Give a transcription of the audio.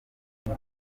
kuri